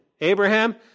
Abraham